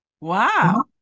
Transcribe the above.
Wow